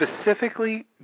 specifically